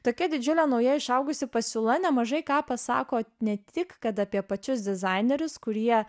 tokia didžiulė nauja išaugusi pasiūla nemažai ką pasako ne tik kad apie pačius dizainerius kurie